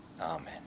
amen